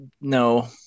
No